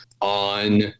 on